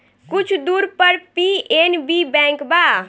कुछ दूर पर पी.एन.बी बैंक बा